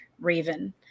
Raven